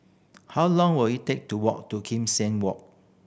how long will it take to walk to Kim Seng Walk